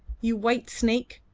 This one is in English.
you white snake,